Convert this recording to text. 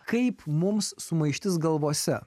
kaip mums sumaištis galvose